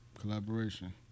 collaboration